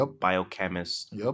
biochemist